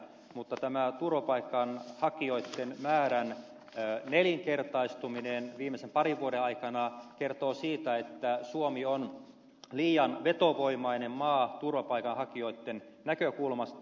mutta tämä turvapaikanhakijoitten määrän nelinkertaistuminen viimeisen parin vuoden aikana kertoo siitä että suomi on liian vetovoimainen maa turvapaikanhakijoitten näkökulmasta